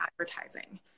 advertising